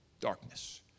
darkness